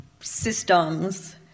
systems